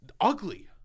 Ugly